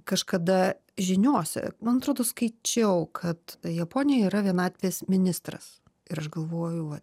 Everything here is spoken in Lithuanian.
kažkada žiniose man atrodo skaičiau kad japonija yra vienatvės ministras ir aš galvojau va